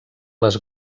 les